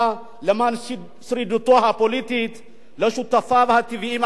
למען שרידותו הפוליטית לשותפיו הטבעיים,